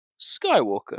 Skywalker